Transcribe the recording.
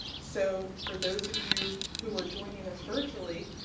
so for those of you who are joining us virtually,